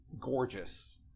gorgeous